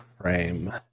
frame